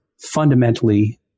fundamentally